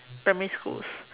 primary school's